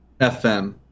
FM